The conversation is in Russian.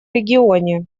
регионе